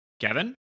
Kevin